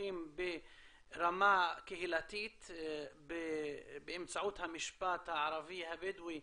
סכסוכים ברמה קהילתית באמצעות המשפט הערבי הבדואי